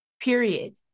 Period